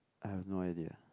I have no idea